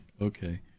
Okay